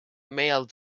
male